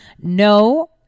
no